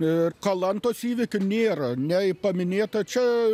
ir kalantos įvykių nėra nei paminėta čia